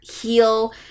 heal